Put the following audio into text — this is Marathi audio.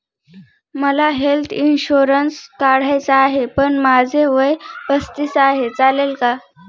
मला हेल्थ इन्शुरन्स काढायचा आहे पण माझे वय पस्तीस आहे, चालेल का?